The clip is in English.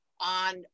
on